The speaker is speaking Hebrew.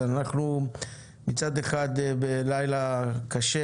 אז אנחנו מצד אחד אחרי לילה קשה,